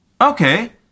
Okay